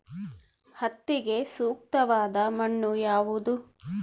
ಹತ್ತಿಗೆ ಸೂಕ್ತವಾದ ಮಣ್ಣು ಯಾವುದು?